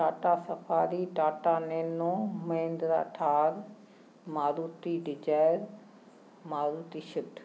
Tata safari Tata nano Mahindra Thar Maruti Dzire Maruti Swift